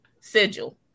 sigil